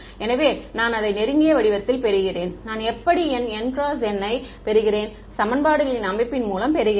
எனவே நான் அதை நெருங்கிய வடிவத்தில் பெறுகிறேன் நான் எப்படி என் N × N யை பெறுகிறேன் சமன்பாடுகளின் அமைப்பின் மூலம் பெறுகிறேன்